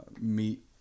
meet